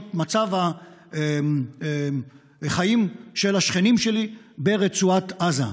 ומצב החיים של השכנים שלי ברצועת עזה.